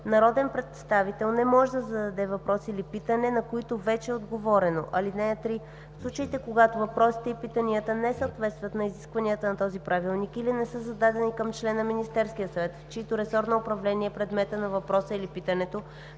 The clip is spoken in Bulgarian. Народен представител не може да зададе въпрос или питане, на които вече е отговорено. (3) В случаите, когато въпросите и питанията не съответстват на изискванията на този правилник или не са зададени към член на Министерския съвет, в чийто ресор на управление е предметът на въпроса или питането,